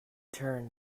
turn